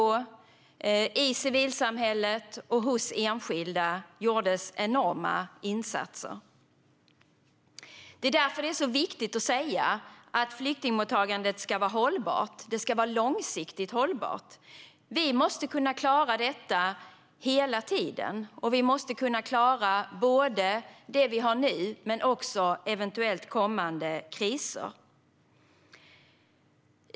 Dessutom gjorde civilsamhället och enskilda enorma insatser. Därför är det viktigt att säga att flyktingmottagandet ska vara hållbart, och det ska vara långsiktigt hållbart. Vi måste kunna klara detta hela tiden, och vi måste kunna klara det vi har nu men också klara eventuellt kommande kriser.